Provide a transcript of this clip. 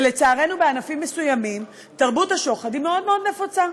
ולצערנו בענפים מסוימים תרבות השוחד היא מאוד מאוד נפוצה.